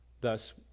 thus